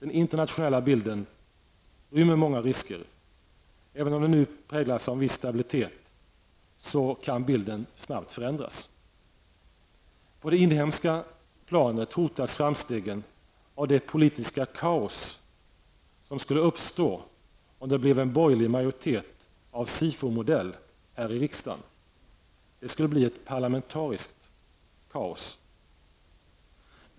Den internationella bilden rymmer många risker, och även om den nu präglas av en viss stabilitet kan bilden snabbt förändras. På det inhemska planet hotas framstegen av det politiska kaos som skulle uppstå om det blev en borgerlig majoritet av Sifo-modell här i riksdagen. Det skulle bli ett parlamentariskt kaos.